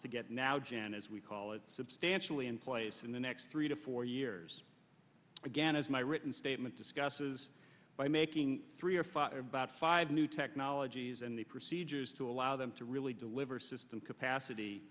to get now jan as we call it substantially in place in the next three to four years again as my written statement discusses by making three or five about five new technologies and the procedures to allow them to really deliver system capacity